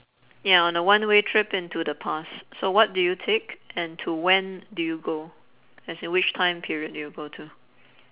ya on a one way trip into the past so what do you take and to when do you go as in which time period do you go to